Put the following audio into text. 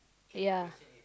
ya